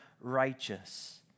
righteous